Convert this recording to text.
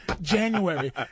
January